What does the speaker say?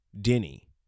Denny